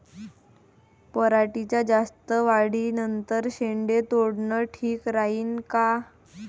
पराटीच्या जास्त वाढी नंतर शेंडे तोडनं ठीक राहीन का?